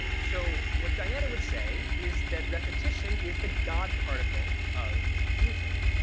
so what diana would say is that repetition is the god particle of music.